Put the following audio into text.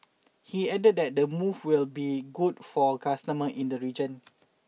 he added that the move will be good for customer in the region